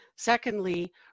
Secondly